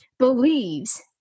believes